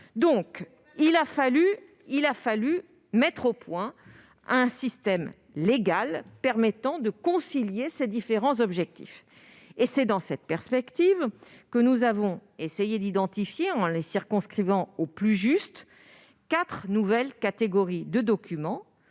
Il a fallu mettre au point un système légal permettant de concilier ces différents objectifs. C'est dans cette perspective que nous avons essayé d'identifier, en les circonscrivant au mieux, quatre nouvelles catégories de documents